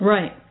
Right